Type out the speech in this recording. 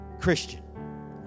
Christian